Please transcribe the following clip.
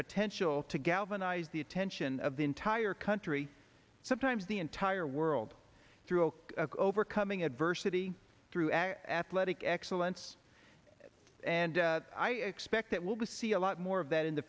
potential to galvanize the attention of the entire country sometimes the entire world through overcoming adversity through athletic excellence and i expect that we'll get to see a lot more of that in the